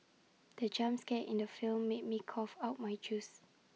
the jump scare in the film made me cough out my juice